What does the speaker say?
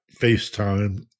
FaceTime